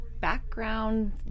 background